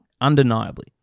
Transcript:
Undeniably